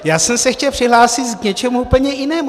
Já jsem se chtěl přihlásit k něčemu úplně jinému.